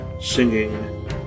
singing